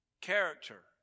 character